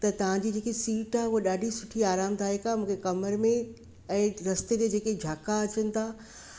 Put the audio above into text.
त तव्हां जी जेकी सीट आहे उहा ॾाढी सुठी आरामदाइकु आहे मूंखे कमर में ऐं रस्ते ते जेकी झाका अचनि था